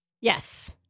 Yes